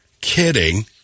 kidding